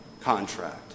contract